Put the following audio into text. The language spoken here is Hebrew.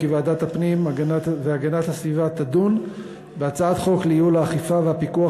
כי ועדת הפנים והגנת הסביבה תדון בהצעת חוק לייעול האכיפה והפיקוח